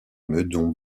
meudon